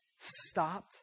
stopped